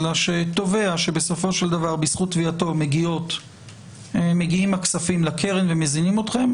אלא שתובע שבסופו של דבר בזכות תביעתו מגיעים הכספים לקרן ומזינים אתכם,